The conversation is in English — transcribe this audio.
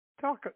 talk